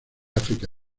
áfrica